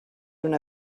una